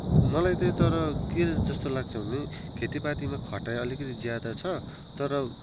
मलाई चाहिँ तर के जस्तो लाग्छ भने खेतीपातीमा खटाइ अलिकति ज्यादा छ तर